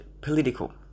Political